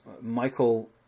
Michael